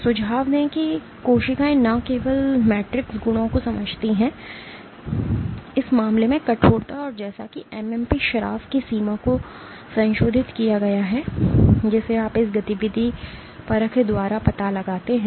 सुझाव दें कि कोशिकाएं न केवल मैट्रिक्स गुणों को समझती हैं इस मामले में कठोरता और जैसा कि एमएमपी स्राव की सीमा को संशोधित किया गया है जिसे आप इस गतिविधि परख द्वारा पता लगाते हैं